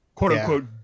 quote-unquote